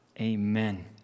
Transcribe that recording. amen